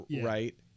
Right